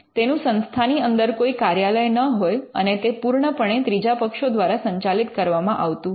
તેનું સંસ્થાની અંદર કોઈ કાર્યાલય ન હોય અને તે પૂર્ણપણે ત્રીજા પક્ષો દ્વારા સંચાલિત કરવામાં આવતું હોય